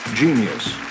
genius